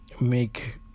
make